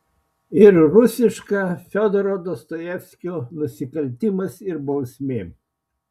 ir rusiška fiodoro dostojevskio nusikaltimas ir bausmė